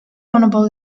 honorable